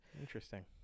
Interesting